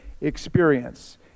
experience